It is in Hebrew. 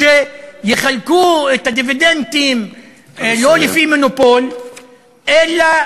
וגם כשיחלקו את הדיבידנדים לא לפי מונופול אלא